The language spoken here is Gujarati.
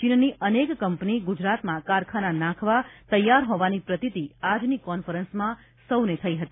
ચીનની અનેક કંપની ગુજરાતમાં કારખાના નાંખવા તૈયાર હોવાની પ્રતિતિ આજની કોન્ફરન્સમાં સૌને થઇ હતી